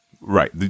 Right